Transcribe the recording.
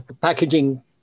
packaging